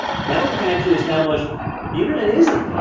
now we can actually establish the internet isn't